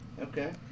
okay